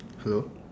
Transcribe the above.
hello